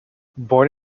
born